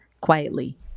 quietly